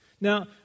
Now